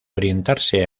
orientarse